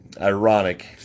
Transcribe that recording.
ironic